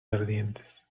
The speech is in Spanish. ardientes